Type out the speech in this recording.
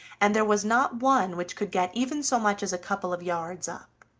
and there was not one which could get even so much as a couple of yards up.